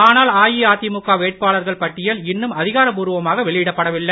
ஆளால் அதிமுக வேட்பாளர்கள் பட்டியல் இன்னும் அதிகாரப்பூர்வமாக வெளியிடப்படவில்லை